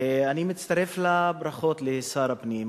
אני מצטרף לברכות לשר הפנים,